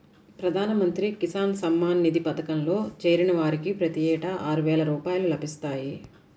ప్రధాన మంత్రి కిసాన్ సమ్మాన్ నిధి పథకంలో చేరిన వారికి ప్రతి ఏటా ఆరువేల రూపాయలు లభిస్తాయి